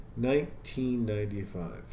1995